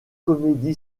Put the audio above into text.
comedy